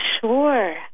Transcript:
Sure